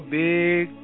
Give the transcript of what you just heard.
big